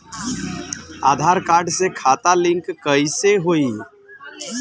आधार card से खाता link कईसे होई?